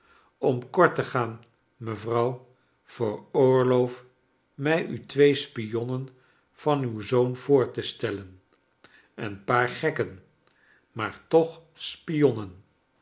om kort te gaan mevrouw veroorloof mij u twee spionnen van uw zoon voor te stellen een paar gekken maar toch spionnen